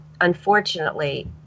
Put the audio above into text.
unfortunately